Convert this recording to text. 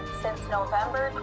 since november